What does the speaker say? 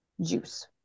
juice